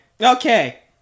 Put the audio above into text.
Okay